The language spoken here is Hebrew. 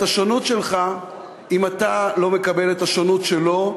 השונות שלך אם אתה לא מקבל את השונות שלו,